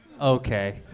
okay